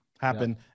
happen